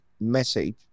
message